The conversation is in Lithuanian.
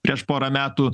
prieš porą metų